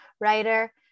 writer